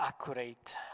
accurate